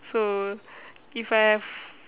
so if I have